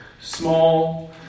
small